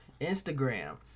Instagram